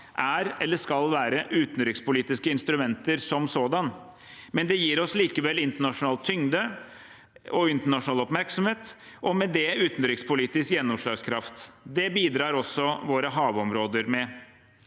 er eller skal være utenrikspolitiske instrumenter som sådanne, men det gir oss likevel internasjonal tyngde og internasjonal oppmerksomhet og med det utenrikspolitisk gjennomslagskraft. Det bidrar også våre havområder med.